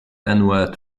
annual